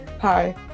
hi